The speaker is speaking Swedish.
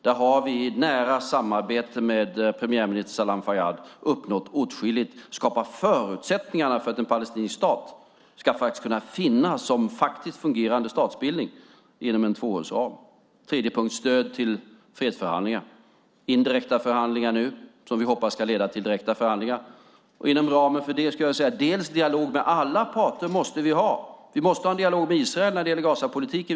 Där har vi i nära samarbete med premiärminister Salam Fayyad uppnått åtskilligt och skapat förutsättningarna för att en palestinsk stat ska kunna finnas som fungerande statsbildning inom en tvåårsram. Den tredje linjen är stöd till fredsförhandlingar - indirekta förhandlingar nu som vi hoppas ska leda till direkta förhandlingar. Inom ramen för det skulle jag vilja säga att vi måste ha en dialog med alla parter. Vi måste ha en dialog med Israel när det gäller Gazapolitiken.